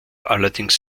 allerdings